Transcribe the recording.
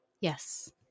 yes